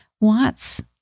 wants